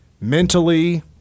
mentally